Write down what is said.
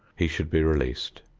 he should be released.